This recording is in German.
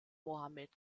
mohammed